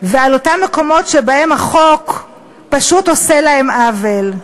ועל אותם מקומות שבהם החוק פשוט עושה להם עוול.